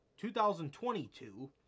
2022